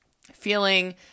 Feeling